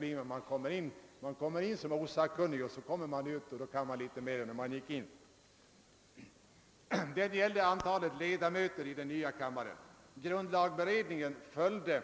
Man går in som relativt osakkunnig i en utredning och så kommer man ut och då kan man mer än när man gick in. Reservationen gällde antalet ledamöter i den nya kammaren. Grundlagberedningen följde